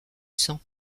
sang